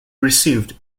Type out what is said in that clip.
received